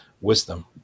wisdom